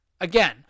again